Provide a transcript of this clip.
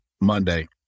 Monday